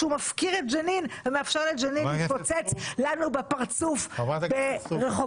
שהוא מפקיר את ג'נין ומאפשר לג'נין להתפוצץ לנו בפרצוף ברחובותינו.